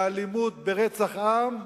באלימות, ברצח עם,